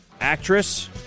actress